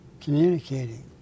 communicating